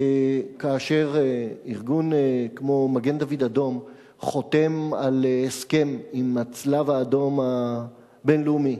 כאשר ארגון כמו מגן-דוד-אדום חתם על הסכם עם הצלב-האדום הבין-לאומי,